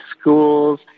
schools